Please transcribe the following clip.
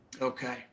Okay